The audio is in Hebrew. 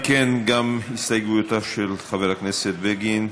אם כן, גם הסתייגויותיו של חבר הכנסת בגין.